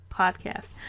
podcast